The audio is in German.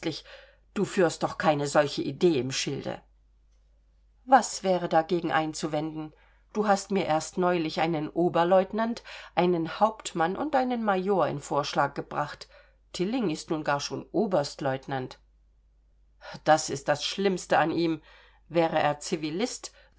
du führst doch keine solche idee im schilde was wäre dagegen einzuwenden du hast mir erst neulich einen oberlieutenant einen hauptmann und einen major in vorschlag gebracht tilling ist nun gar schon oberstlieutenant das ist das schlimmste an ihm wäre er civilist